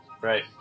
Right